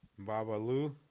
Babalu